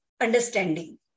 understanding